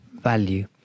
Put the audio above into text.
value